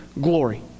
glory